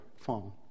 Phone